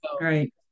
right